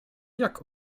jak